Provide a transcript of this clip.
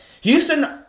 Houston